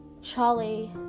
Charlie